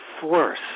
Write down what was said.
force